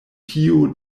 tiu